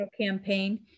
campaign